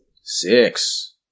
Six